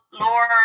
Laura